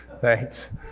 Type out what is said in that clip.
Thanks